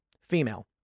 female